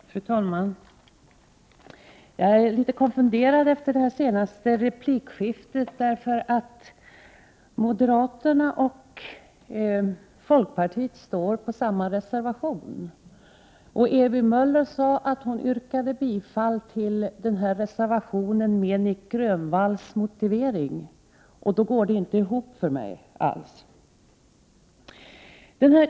Fru talman! Jag är litet konfunderad efter det senaste replikskiftet. Moderaterna och folkpartiet står ju bakom samma reservation. Men Ewy Möller yrkade bifall till reservationen i fråga med hänvisning till Nic Grönvalls motivering. Mot den bakgrunden tycker jag att ekvationen inte alls går ihop.